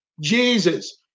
Jesus